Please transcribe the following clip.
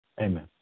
Amen